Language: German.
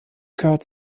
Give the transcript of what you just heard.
gehört